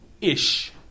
ish